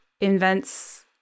invents